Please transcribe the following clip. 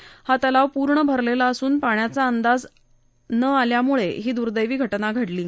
सध्या हा तलावपूर्ण भरलेला असून पाण्याचा अंदाज न आल्यानेच ही दुर्दैवी घटना घडली आहे